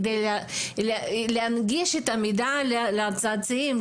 כדי להנגיש את המידע לצאצאים,